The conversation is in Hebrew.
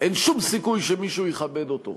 אין שום סיכוי שמישהו יכבד אותו,